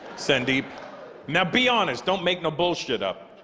sandeep now be honest don't make no bullshit up